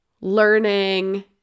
learning